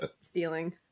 Stealing